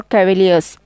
Cavaliers